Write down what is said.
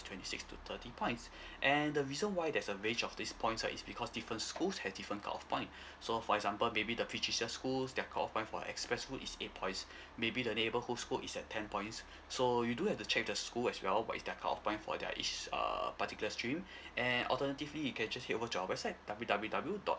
twenty six to thirty points and the reason why there's a range of these points right is because different schools have different cutoff point so for example maybe the prestigious school their cutoff point for express route is eight points maybe the neighbourhood school is at ten points so you do have to check with the school as well what is their cutoff point for their each err particular stream and alternatively you can just head over to our website W W W dot